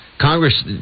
Congress